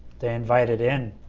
they invited in